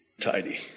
tidy